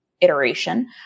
iteration